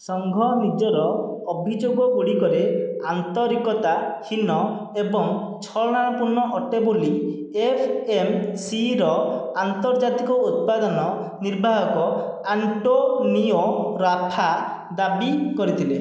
ସଂଘ ନିଜର ଅଭିଯୋଗଗୁଡ଼ିକରେ ଆନ୍ତରିକତାହୀନ ଏବଂ ଛଳନାପୂର୍ଣ୍ଣ ଅଟେ ବୋଲି ଏଫ୍ଏମ୍ସିର ଅନ୍ତର୍ଜାତିକ ଉତ୍ପାଦନ ନିର୍ବାହକ ଆଣ୍ଟୋନିଓ ରାଫା ଦାବି କରିଥିଲେ